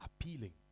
appealing